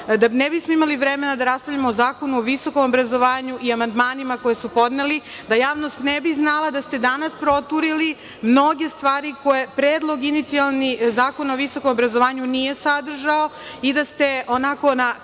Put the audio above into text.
da ne bismo imali vremena da raspravljamo o Zakonu o visokom obrazovanju i amandmanima koje su podneli, da javnost ne bi znali da ste danas proturili mnoge stvari, predlog inicijalni Zakona o visokom obrazovanju nije sadržao i da ste onako na